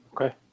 Okay